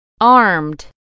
Armed